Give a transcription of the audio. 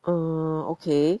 oh okay